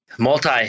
Multi